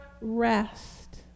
rest